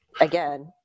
again